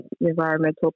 Environmental